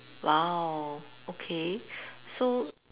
!wow! okay so